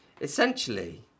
Essentially